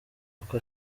uko